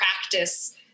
practice